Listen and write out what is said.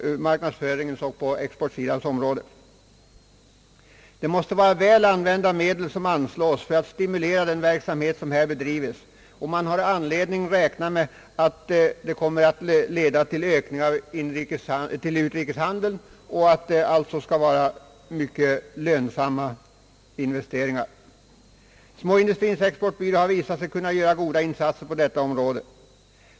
De medel som anslås för att stimulera den verksamhet som här be drivs måste anses vara väl använda medel, och man har anledning förvänta att de kommer att leda till en ökning av utrikeshandeln och alltså bli mycket lönsamma investeringar. Småindustrins exportbyrå har visat sig kunna göra goda insatser på detta område.